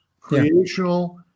creational